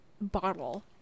bottle